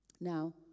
Now